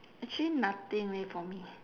actually nothing leh for me